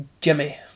Jimmy